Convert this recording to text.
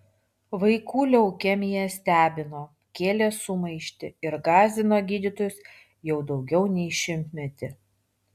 vaikų leukemija stebino kėlė sumaištį ir gąsdino gydytojus jau daugiau nei šimtmetį